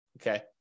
okay